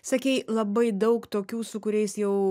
sakei labai daug tokių su kuriais jau